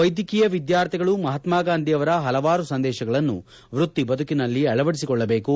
ವೈದ್ಯಕೀಯ ವಿದ್ಯಾರ್ಥಿಗಳು ಮಹಾತ್ಮಾಂಧಿ ಅವರ ಹಲವಾರು ಸಂದೇಶಗಳನ್ನು ವೃತ್ತಿ ಬದುಕಿನಲ್ಲಿ ಅಳವಡಿಸಿಕೊಳ್ಳಬೇಕು